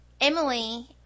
Emily